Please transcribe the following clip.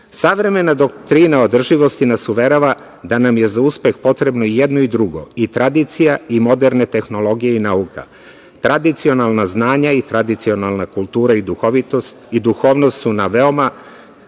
svetu. Savremena doktrina održivosti nas uverava da nam je za uspeh potreno i jedno i drugo, i tradicija i moderne tehnologije i nauka. Tradicionalna znanja i tradicionalna kultura i duhovnost su nam veoma